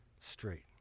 straight